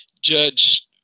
judge